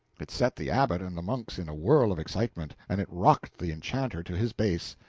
it set the abbot and the monks in a whirl of excitement, and it rocked the enchanter to his base.